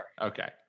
Okay